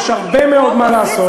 יש הרבה מאוד מה לעשות,